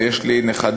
ויש לי נכדים,